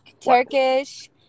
Turkish